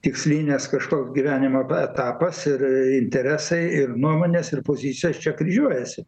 tikslinės kažkoks gyvenimo etapas ir interesai ir nuomonės ir pozicijos čia kryžiuojasi